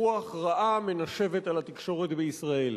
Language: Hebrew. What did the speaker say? רוח רעה מנשבת על התקשורת בישראל.